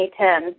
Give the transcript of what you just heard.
2010